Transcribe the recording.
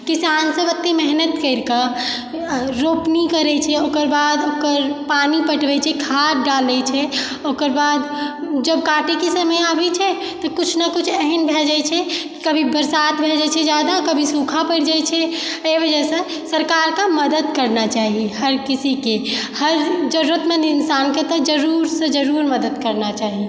किसान सब एते मेहनत करिकऽ रोपनी करै छै ओकर बाद ओकर पानी पटबै छै खाद डालै छै ओकर बाद जब काटै के समय आबै छै तऽ कुछ नऽ कुछ एहन भए जाइ छै कभी बरसात भए जाइ छै ज्यादा कभी सूखा पड़ि जाइ छै एहि वजहसँ सरकार के मदद करना चाही हर किसी के हर जरूरतमन्द इन्सान के तऽ जरूरसँ जरूर मदद करना चाही